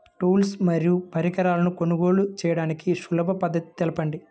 Tools మరియు పరికరాలను కొనుగోలు చేయడానికి సులభ పద్దతి తెలపండి?